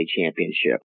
Championship